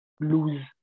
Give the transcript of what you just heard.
lose